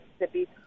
Mississippi